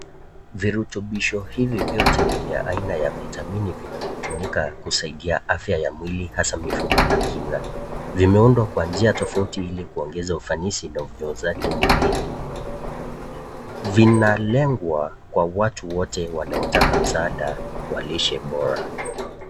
Virutubisho hivi vyote ni vya aina ya vitamini vinavyotumika kusaidia afya ya mwili hasa mifupa na kinga. Vimeundwa kwa njia tofauti ili kuongeza ufanisi na ufyonzaji mwilini. Vinalengwa kwa watu wote wanaotaka msaada wa lishe bora.